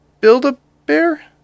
Build-A-Bear